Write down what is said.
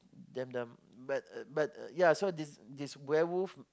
then the but uh but uh yeah so this this werewolf